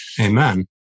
Amen